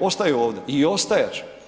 ostaju ovdje i ostajat će.